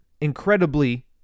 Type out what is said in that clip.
incredibly